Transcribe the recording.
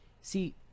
see